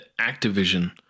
activision